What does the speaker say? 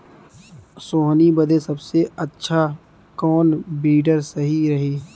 सोहनी बदे सबसे अच्छा कौन वीडर सही रही?